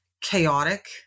chaotic